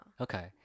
Okay